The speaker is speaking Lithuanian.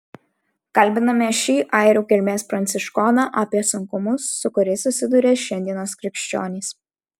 kalbiname šį airių kilmės pranciškoną apie sunkumus su kuriais susiduria šiandienos krikščionys